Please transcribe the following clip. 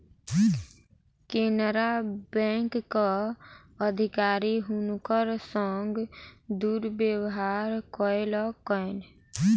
केनरा बैंकक अधिकारी हुनकर संग दुर्व्यवहार कयलकैन